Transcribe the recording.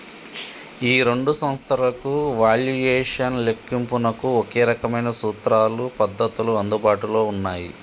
ఈ రెండు సంస్థలకు వాల్యుయేషన్ లెక్కింపునకు ఒకే రకమైన సూత్రాలు పద్ధతులు అందుబాటులో ఉన్నాయి